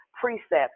precepts